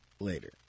Later